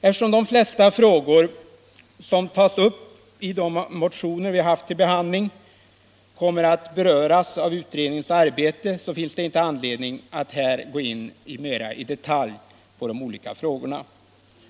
Eftersom de flesta frågor som tas upp i de motioner vi har haft till behandling kommer att beröras av utredningens arbete, finns det inte anledning att här mera i detalj gå in på de clika frågorna.